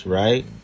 right